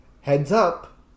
Heads-up